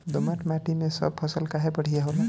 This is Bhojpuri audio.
दोमट माटी मै सब फसल काहे बढ़िया होला?